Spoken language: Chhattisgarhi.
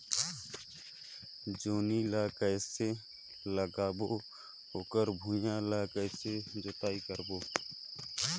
जोणी ला कइसे लगाबो ओकर भुईं ला कइसे जोताई करबो?